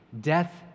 Death